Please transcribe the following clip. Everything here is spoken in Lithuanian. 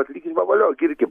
atlyginimą valio girkim